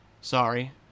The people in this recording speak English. Sorry